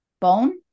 bone